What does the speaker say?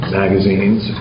magazines